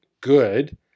good